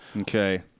Okay